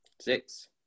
Six